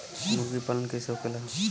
मुर्गी पालन कैसे होखेला?